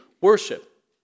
worship